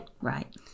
Right